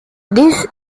this